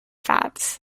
fats